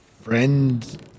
friend